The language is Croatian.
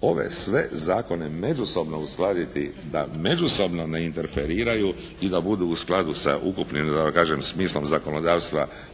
ove sve zakone međusobno uskladiti da međusobno ne interferiraju i da budu u skladu sa ukupnim da tako kažem smislom zakonodavstva